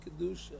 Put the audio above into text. Kedusha